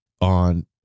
on